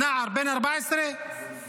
נער בן 14 נרצח.